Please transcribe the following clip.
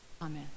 Amen